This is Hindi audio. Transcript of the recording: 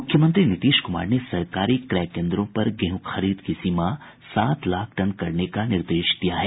मुख्यमंत्री नीतीश कुमार ने सरकारी क्रय केन्द्रों पर गेहूं खरीद की सीमा सात लाख टन करने का निर्देश दिया है